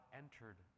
entered